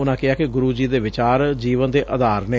ਉਨੂਾਂ ਕਿਹਾ ਕਿ ਗੁਰੁ ਜੀ ਦੇ ਵਿਚਾਰ ਜੀਵਨ ਦਾ ਅਧਾਰ ਨੇ